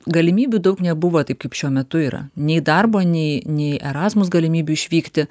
galimybių daug nebuvo taip kaip šiuo metu yra nei darbo nei nei erasmus galimybių išvykti